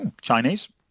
Chinese